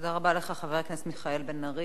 תודה רבה לך, חבר הכנסת מיכאל בן-ארי.